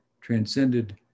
transcended